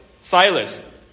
Silas